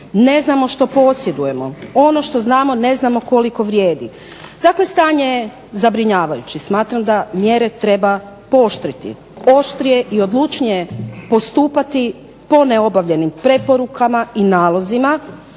Ne znamo što posjedujemo. Ono što znamo ne znamo koliko vrijedi. Dakle, stanje je zabrinjavajuće. Smatram da mjere treba pooštriti, oštrije i odlučnije postupati po neobavljenim preporukama i nalozima.